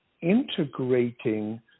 integrating